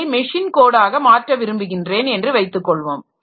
அதை மெஷின் கோடாக மாற்ற விரும்புகிறேன் என்று வைத்துக்கொள்வோம்